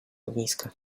ogniska